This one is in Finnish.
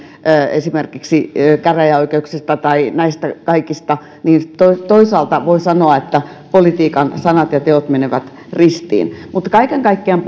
esimerkiksi käräjäoikeuksista tai näistä kaikista toisaalta voin sanoa että politiikan sanat ja teot menevät ristiin mutta kaiken kaikkiaan